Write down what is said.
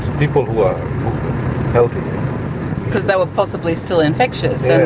people because they were possibly still infectious?